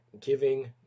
giving